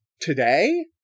today